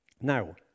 Now